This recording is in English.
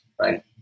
right